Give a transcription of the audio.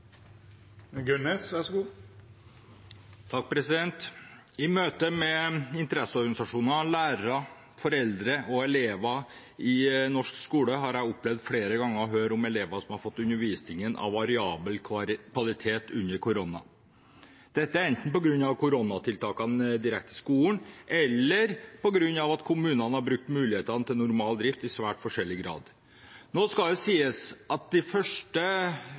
I møte med interesseorganisasjoner, lærere, foreldre og elever i norsk skole har jeg opplevd flere ganger å høre om elever som har fått undervisning av variabel kvalitet under koronapandemien. Dette er enten på grunn av koronatiltakene direkte på skolen, eller på grunn av at kommunene har brukt muligheten til normal drift i svært forskjellig grad. Nå skal det sies at